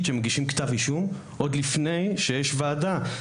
שמגישים כתב אישום עוד לפני שיש ועדה.